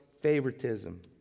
favoritism